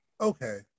okay